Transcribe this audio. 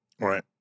Right